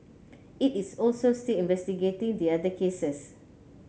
it is also still investigating the other cases